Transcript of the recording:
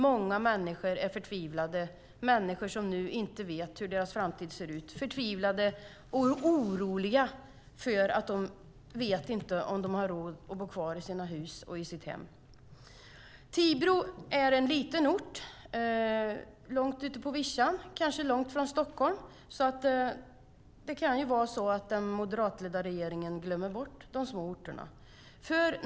Många människor är förtvivlade, människor som inte vet hur deras framtid ser ut, förtvivlade och oroliga därför att de inte vet om de har råd att bo kvar i sina hus och hem. Tibro är en liten ort, långt ute på vischan, kanske långt från Stockholm. Det kan vara så att den moderatledda regeringen glömmer bort de små orterna.